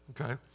okay